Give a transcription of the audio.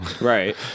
Right